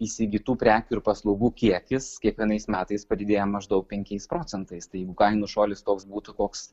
įsigytų prekių ir paslaugų kiekis kiekvienais metais padidėja maždaug penkiais procentais tai jeigu kainų šuolis toks būtų koks